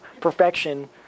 perfection